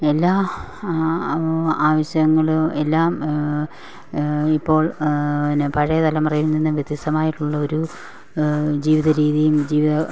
എല്ലാ ആവശ്യങ്ങൾ എല്ലാ ഇപ്പോൾ പിന്നെ പഴയ തലമുറയിൽ നിന്നും വ്യത്യസ്തമായിട്ടുള്ള ഒരു ജീവിത രീതിയും ജീവിതം